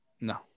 No